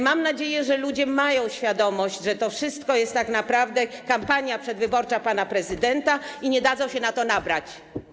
Mam nadzieję, że ludzie mają świadomość, że to wszystko jest tak naprawdę kampanią przedwyborczą pana prezydenta, i nie dadzą się na to nabrać.